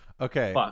Okay